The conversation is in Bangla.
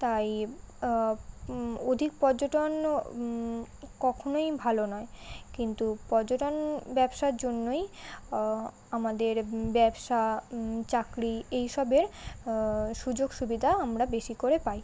তাই অধিক পর্যটন কখনোই ভালো নয় কিন্তু পর্যটন ব্যবসার জন্যই আমাদের ব্যবসা চাকরি এইসবের সুযোগ সুবিধা আমরা বেশি করে পাই